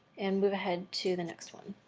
and move ahead to the next one.